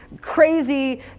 crazy